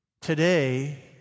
today